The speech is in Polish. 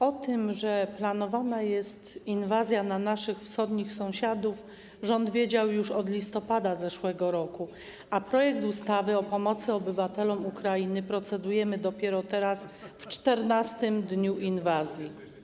O tym, że planowana jest inwazja na naszych wschodnich sąsiadów, rząd wiedział już od listopada zeszłego roku, a projekt ustawy o pomocy obywatelom Ukrainy procedujemy dopiero teraz, w 14. dniu inwazji.